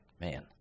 Man